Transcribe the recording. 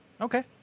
Okay